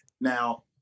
Now